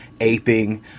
aping